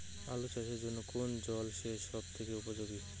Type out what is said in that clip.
আলু চাষের জন্য কোন জল সেচ সব থেকে উপযোগী?